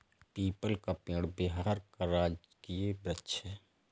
people का पेड़ बिहार का राजकीय वृक्ष है